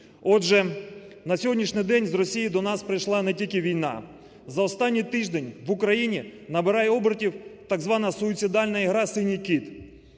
Отже, на сьогоднішній день з Росії до нас прийшла не тільки війна. За останній тиждень в Україні набирає обертів так звана суїцидальна гра "Синій кит".